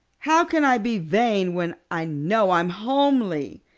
how can i be vain when i know i'm homely?